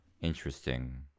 interesting